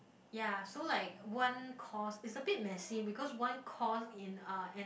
ya so like one course is a bit messy because one course in uh and